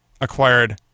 acquired